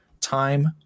time